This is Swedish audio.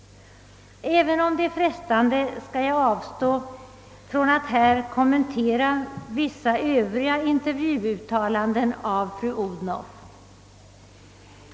Även om det är frestande skall jag avstå från att här kommentera vissa Övriga intervjuuttalanden av fru Odhnoff.